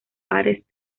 pares